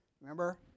remember